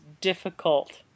difficult